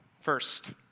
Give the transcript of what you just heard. first